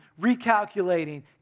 Recalculating